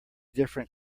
different